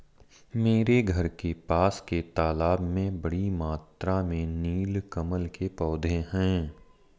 मेरे घर के पास के तालाब में बड़ी मात्रा में नील कमल के पौधें हैं